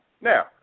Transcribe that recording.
Now